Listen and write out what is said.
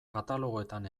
katalogoetan